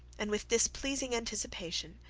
and with this pleasing anticipation,